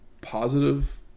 positive